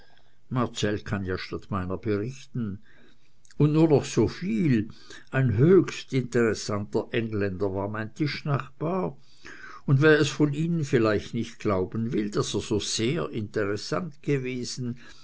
marcell kann ja statt meiner berichten und nur noch soviel ein höchst interessanter engländer war mein tischnachbar und wer es von ihnen vielleicht nicht glauben will daß er so sehr interessant gewesen